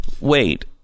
wait